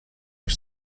are